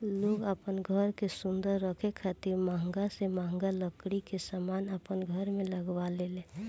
लोग आपन घर के सुंदर रखे खातिर महंगा से महंगा लकड़ी के समान अपन घर में लगावे लेन